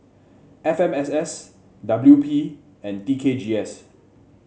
F M S S W P and T K G S